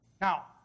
Now